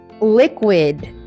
liquid